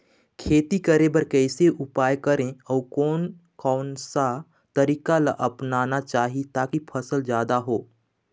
खेती करें बर कैसे उपाय करें अउ कोन कौन सा तरीका ला अपनाना चाही ताकि फसल जादा हो?